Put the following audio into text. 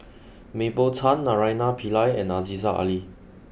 Mah Bow Tan Naraina Pillai and Aziza Ali